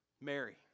Mary